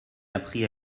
apprit